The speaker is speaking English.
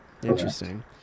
Interesting